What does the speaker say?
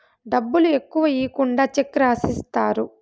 డబ్బులు ఎక్కువ ఈకుండా చెక్ రాసిత్తారు